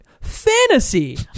fantasy